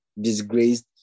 disgraced